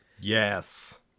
Yes